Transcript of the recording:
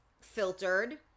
filtered